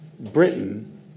Britain